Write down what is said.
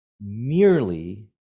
merely